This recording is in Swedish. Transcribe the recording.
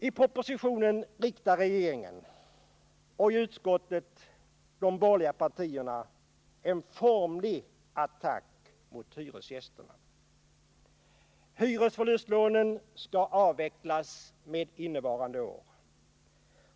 I propositionen riktar regeringen — och i utskottsbetänkandet de borgerliga — en formlig attack mot hyresgästerna. Hyresförlustlånen skall avvecklas med innevarande år.